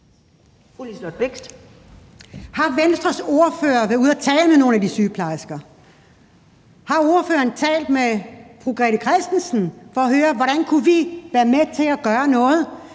Har Venstres ordfører været ude at tale med nogen af de sygeplejersker? Har ordføreren talt med Grete Christensen for at høre, hvordan vi kunne være med til at gøre noget,